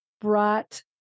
brought